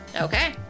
Okay